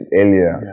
earlier